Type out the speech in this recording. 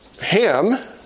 Ham